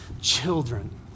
children